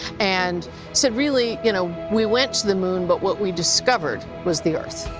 and said really, you know, we went to the moon but what we discovered was the earth,